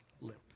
lip